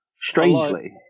Strangely